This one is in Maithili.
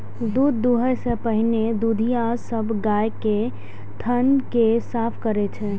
दूध दुहै सं पहिने दुधिया सब गाय के थन कें साफ करै छै